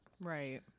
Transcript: Right